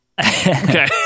okay